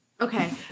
Okay